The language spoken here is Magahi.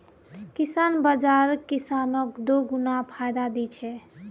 किसान बाज़ार किसानक दोगुना फायदा दी छे